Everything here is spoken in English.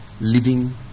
living